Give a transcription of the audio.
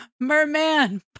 Merman